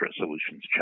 Resolutions